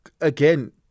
again